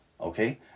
Okay